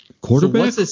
Quarterback